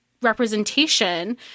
representation